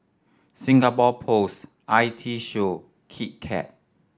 Singapore Post I T Show Kit Kat